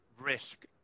risk